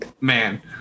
man